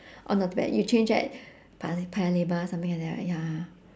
oh not bad you change at pa~ paya lebar something like that right ya